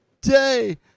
day